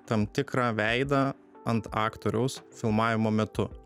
tam tikrą veidą ant aktoriaus filmavimo metu